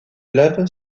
lave